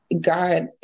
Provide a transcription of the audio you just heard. God